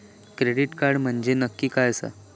Credit card म्हंजे नक्की काय आसा?